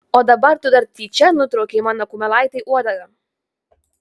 o dabar tu dar tyčia nutraukei mano kumelaitei uodegą